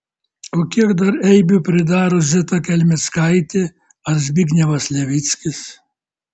o kiek dar eibių pridaro zita kelmickaitė ar zbignevas levickis